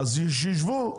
שישבו.